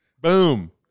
Boom